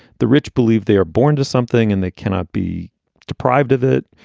the rich believe they're born to something and they cannot be deprived of it.